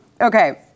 Okay